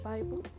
Bible